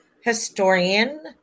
historian